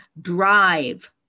drive